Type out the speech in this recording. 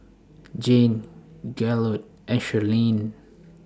Jayne Gaylord and Shirleen